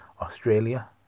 Australia